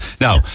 Now